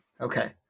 okay